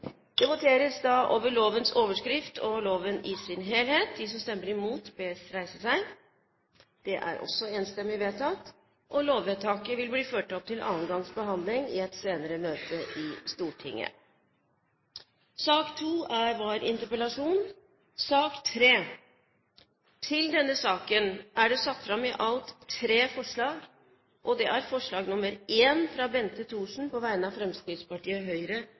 Det voteres over lovens overskrift og loven i sin helhet. Lovvedtaket vil bli ført opp til annen gangs behandling i et senere møte. I sak nr. 2 foreligger det ikke noe voteringstema. Under debatten er det satt fram tre forslag. Det er forslag nr. 1, fra Bente Thorsen på vegne av Fremskrittspartiet, Høyre,